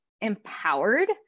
empowered